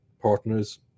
partners